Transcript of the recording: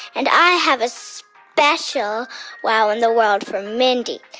and i have a so special wow in the world for mindy.